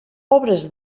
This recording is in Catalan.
obres